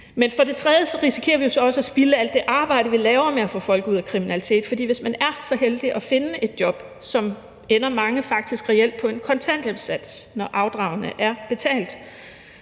Men for det tredje risikerer vi jo så også at spilde alt det arbejde, vi laver med at få folk ud af kriminalitet. For hvis man er så heldig at finde et job, så ender mange faktisk reelt på en kontanthjælpssats, når afdragene er betalt,